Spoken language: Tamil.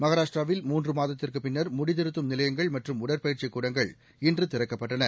மகாராஷ்டிராவில் மூன்று மாதத்திற்குப் பின்னா் முடித்திருத்தும் நிலையங்கள் மற்றம் உடற்பயிற்சி கூடங்கள் இன்று திறக்கப்பட்டன